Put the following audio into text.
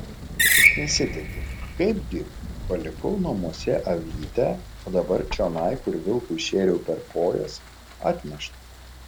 jis nesitiki kaipgi palikau namuose avytę o dabar čionai kur vilkui šėriau per kojas atnešta